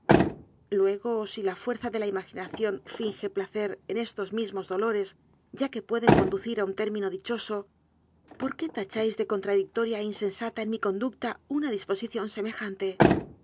luego si la fuerza de la imaginación finge placer en estos mismos dolores ya que pueden conducir a un término dichoso por qué tacháis de contra dictoria e insensata en mi conducta una disposi ción semejante